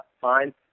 fine